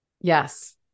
Yes